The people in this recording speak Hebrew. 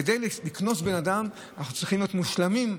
כדי לקנוס בן אדם צריך להיות מושלמים.